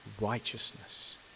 righteousness